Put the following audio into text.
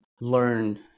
learn